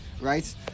right